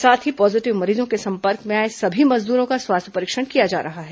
साथ ही पॉजीटिव मरीजों के संपर्क में आए सभी मजदूरों का स्वास्थ्य परीक्षण किया जा रहा है